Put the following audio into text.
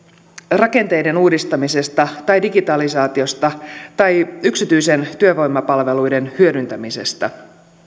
rakenteiden uudistamisesta tai digitalisaatiosta tai yksityisten työvoimapalveluiden hyödyntämisestä